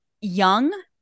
young